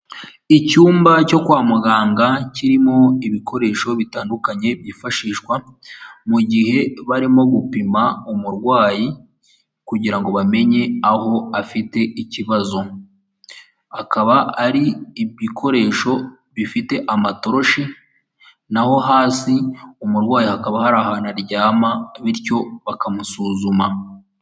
Icyumba cyo kwa muganga kirimo ibikoresho bitandukanye byifashishwa mu gihe barimo gupima umurwayi, kugira ngo bamenye aho afite ikibazo, akaba ari ibikoresho bifite amatoroshi, naho hasi umurwayi hakaba hari ahantu aryama bityo bakamusuzuma.